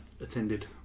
attended